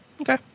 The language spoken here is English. okay